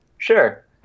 sure